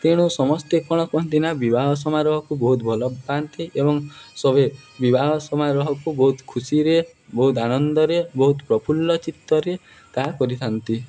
ତେଣୁ ସମସ୍ତେ କ'ଣ କହନ୍ତି ନା ବିବାହ ସମାରୋହକୁ ବହୁତ ଭଲ ପାଆନ୍ତି ଏବଂ ସବେ ବିବାହ ସମାରୋହକୁ ବହୁତ ଖୁସିରେ ବହୁତ ଆନନ୍ଦରେ ବହୁତ ପ୍ରଫୁଲ୍ଲଚିତ୍ତରେ ତାହା କରିଥାନ୍ତି